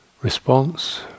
response